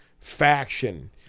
faction